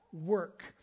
work